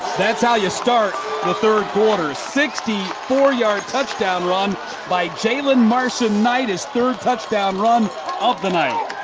that's how you start the third quarter. sixty four yard touchdown run by jaylen marson-knight, his third touchdown run of the night.